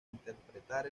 interpretar